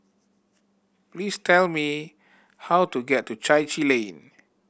please tell me how to get to Chai Chee Lane